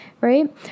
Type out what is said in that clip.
right